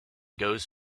goes